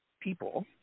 people